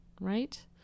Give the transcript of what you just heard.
right